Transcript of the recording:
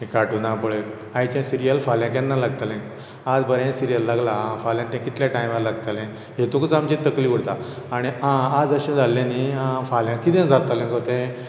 तीं कार्टूना पळय आयचें सिरियल फाल्यां केन्ना लागतलें आय बरें सिरियल लागलां आं फाल्यां तें कितल्या टामार लागतलें तितूंतच आमची तकली उरता आनी आज अशें जाल्लें न्ही फाल्यां कितें जातलें गो तें